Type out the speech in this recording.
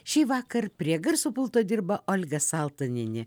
šįvakar prie garso pulto dirba olga saltanienė